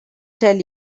tell